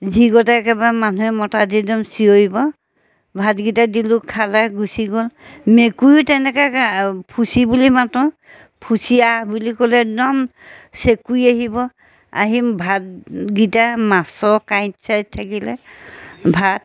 যিগতে একেবাৰে মানুহে মতা দি একদম চিঞৰিব ভাতকেইটা দিলোঁ খালে গুচি গ'ল মেকুৰীও তেনেকৈ ফুচি বুলি মাতোঁ ফুচি আহ বুলি ক'লে একদম চেঁকুৰী আহিব আহিম ভাতকেইটা মাছৰ কাঁইট চাঁইত থাকিলে ভাত